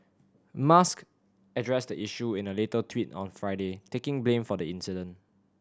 musk addressed the issue in a later tweet on Friday taking blame for the accident